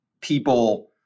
People